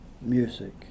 music